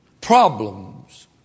Problems